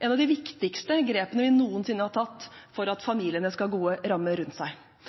et av de viktigste grepene vi noensinne har tatt for at familiene skal ha gode rammer rundt seg.